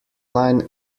line